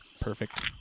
perfect